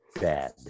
bad